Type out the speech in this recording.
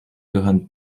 gehören